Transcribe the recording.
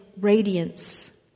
radiance